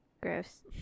Gross